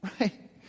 right